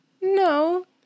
No